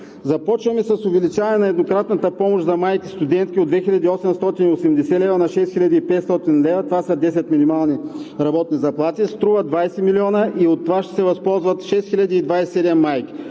Започваме с увеличаване на еднократната помощ за майки – студентки от 2880 лв. на 6500 лв. – това са 10 минимални работни заплати. Струват 20 милиона и от това ще се възползват 6027 майки.